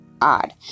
odd